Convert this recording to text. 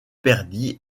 perdit